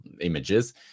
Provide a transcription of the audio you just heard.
images